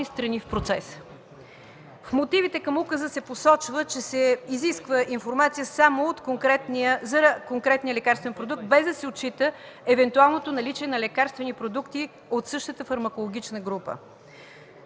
страни в процеса. В мотивите към указа се посочва, че се изисква информация само за конкретния лекарствен продукт, без да се отчита евентуалното наличие на лекарствени продукти от същата фармакологична група.